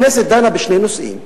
הכנסת דנה בשני נושאים,